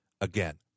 again